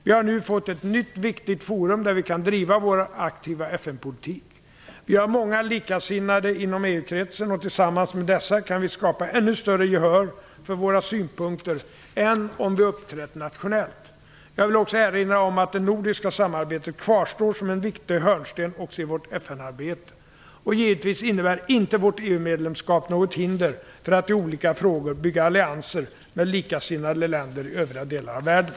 Vi har nu fått ett nytt viktigt forum där vi kan driva vår aktiva FN-politik. Vi har många likasinnade inom EU-kretsen och tillsammans med dessa kan vi skapa ännu större gehör för våra synpunkter än om vi uppträtt nationellt. Jag vill också erinra om att det nordiska samarbetet kvarstår som en viktig hörnsten också i vårt FN-arbete. Och givetvis innebär inte vårt EU medlemskap något hinder för att i olika frågor bygga allianser med likasinnade länder i övriga delar av världen.